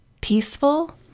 peaceful